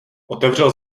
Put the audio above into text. otevřel